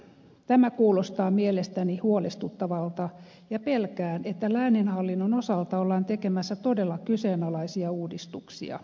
tämä kuulostaa mielestäni huolestuttavalta ja pelkään että lääninhallinnon osalta ollaan tekemässä todella kyseenalaisia uudistuksia